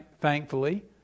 thankfully